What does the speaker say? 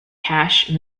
cache